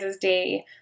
day